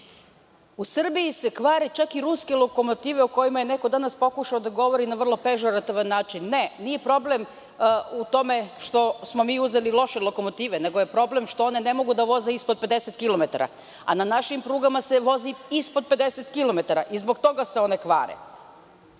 Srbiji se kvare čak i ruske lokomotive o kojima je neko danas pokušao da govori na vrlo pežorativan način, ne nije problem u tome što smo mi uzeli loše lokomotive, nego je problem što one mogu da voze ispod 50 kilometara, a na našim prugama se vozi ispod 50 kilometara i zbog toga se one kvare.